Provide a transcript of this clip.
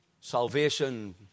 Salvation